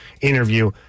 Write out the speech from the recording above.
interview